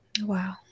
Wow